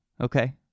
Okay